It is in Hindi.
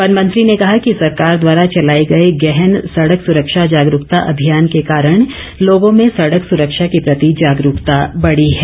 वन मंत्री ने कहा कि सरकार द्वारा चलाए गए गहन सड़क सुरक्षा जागरूकता अभियान के कारण लोगों में सड़क सुरक्षा के प्रति जागरूकता बढ़ी है